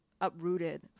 uprooted